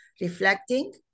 Reflecting